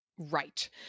Right